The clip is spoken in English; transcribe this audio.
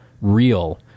real